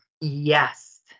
Yes